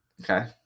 Okay